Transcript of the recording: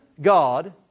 God